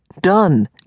done